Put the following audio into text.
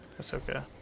Ahsoka